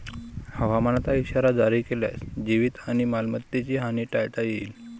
हवामानाचा इशारा जारी केल्यास जीवित आणि मालमत्तेची हानी टाळता येईल